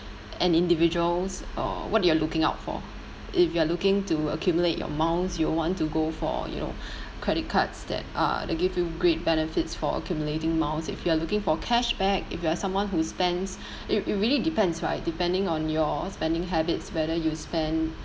an individuals or what you are looking out for if you are looking to accumulate your miles you'll want to go for you know credit cards that are that give you great benefits for accumulating miles if you are looking for cashback if you are someone who spends it it really depends right depending on your spending habits whether you spend